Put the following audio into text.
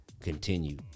continue